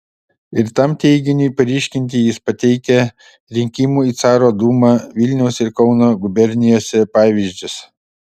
ir tam teiginiui paryškinti jis pateikė rinkimų į caro dūmą vilniaus ir kauno gubernijose pavyzdžius